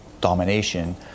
domination